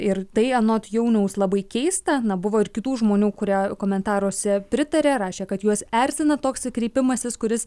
ir tai anot jauniaus labai keista na buvo ir kitų žmonių kurie komentaruose pritarė rašė kad juos erzina toks kreipimasis kuris